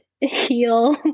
heal